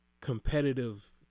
competitive